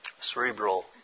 Cerebral